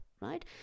right